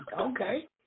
Okay